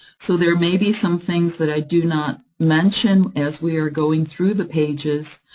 so there may be some things that i do not mention as we are going through the pages,